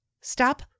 Stop